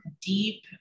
deep